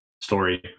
Story